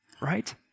right